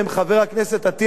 חבר הכנסת אטיאס,